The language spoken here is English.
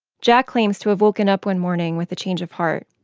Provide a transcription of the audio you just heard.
jack claims to have woken up one morning with a change of heart,